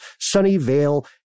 Sunnyvale